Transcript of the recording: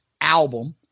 album